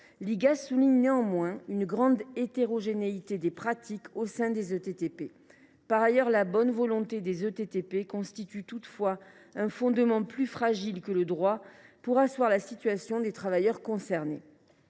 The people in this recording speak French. l’Igas souligne néanmoins « une grande hétérogénéité des pratiques au sein des ETTP ». Par ailleurs, la bonne volonté de ces entreprises constitue un fondement plus fragile que le droit pour asseoir la situation des travailleurs concernés.